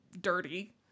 dirty